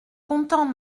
content